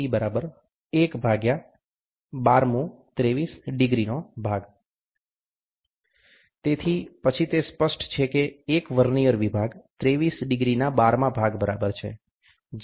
D 1 12th of 23 ° તેથી પછી તે સ્પષ્ટ છે કે એક વર્નીઅર વિભાગ 23 ડિગ્રીના 12માં ભાગ બરાબર છે